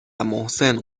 محسن